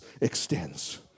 extends